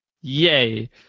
Yay